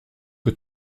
que